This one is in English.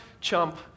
chump